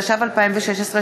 התשע"ו 2016,